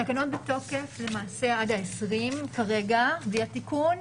התקנות בתוקף למעשה עד ה-20 כרגע, בלי התיקון.